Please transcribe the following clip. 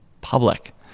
public